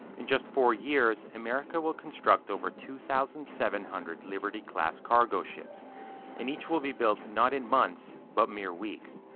in just four years, america will construct over two thousand seven hundred liberty class cargo ships and each will be built not in months, but mere weeks.